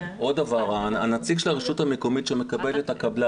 הנציג של הרשות המקומית שמקבל את הקבלן